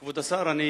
כבוד השר,